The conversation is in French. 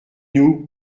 nous